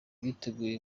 biteguye